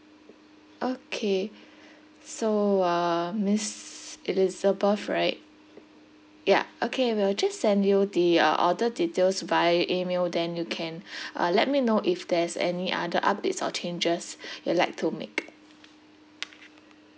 okay so uh miss elizabeth right ya okay we will just send you the uh order details via email then you can uh let me know if there's any other updates or changes you would like to make